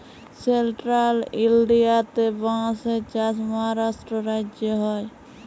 central ইলডিয়াতে বাঁশের চাষ মহারাষ্ট্র রাজ্যে হ্যয়